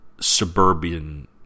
suburban